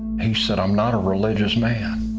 he said, i'm not a religious man,